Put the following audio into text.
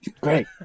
Great